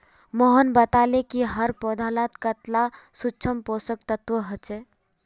मोहन बताले कि हर पौधात कतेला सूक्ष्म पोषक तत्व ह छे